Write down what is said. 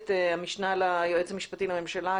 את המשנה ליועץ המשפטי לממשלה,